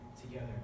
together